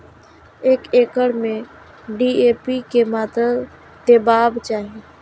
एक एकड़ में डी.ए.पी के मात्रा देबाक चाही?